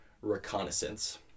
reconnaissance